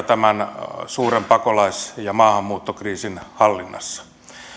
tämän suuren pakolais ja ja maahanmuuttokriisin hallinnassa